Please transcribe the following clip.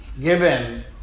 given